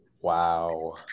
Wow